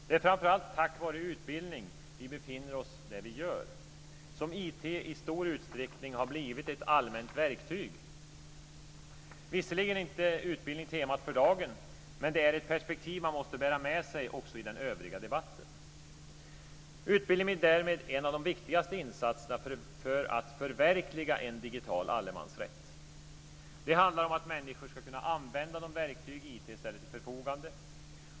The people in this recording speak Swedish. Det är framför allt tack vare utbildning som vi befinner oss där vi gör och som IT i stor utsträckning har blivit ett allmän verktyg. Visserligen är inte utbildning temat för dagen, men det är ett perspektiv man måste bära med sig också i den övriga debatten. Utbildning blir därmed en av de viktigaste insatserna för att förverkliga en digital allemansrätt. Det handlar om att människor ska kunna använda de verktyg IT ställer till förfogande.